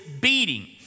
beating